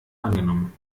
angenommen